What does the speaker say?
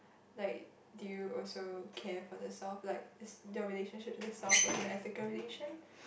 like do you also care for the self like it's the relationship to the self was an ethical relation